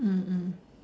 mm mm